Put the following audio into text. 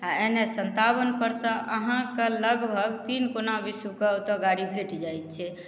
आओर N H सन्तावनपर सँ अहाँके लगभग तीन गुना विश्वके ओतऽ गाड़ी भेट जाइ छै